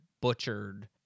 butchered